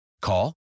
Call